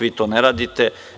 Vi to ne radite.